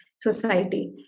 society